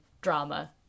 drama